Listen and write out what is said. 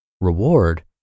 reward